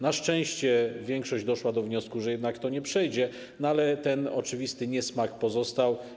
Na szczęście większość doszła do wniosku, że jednak to nie przejdzie, ale ten oczywisty niesmak pozostał.